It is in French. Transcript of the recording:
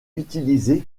utilisé